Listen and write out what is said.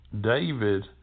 David